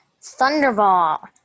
Thunderball